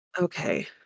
Okay